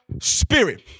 Spirit